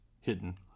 hidden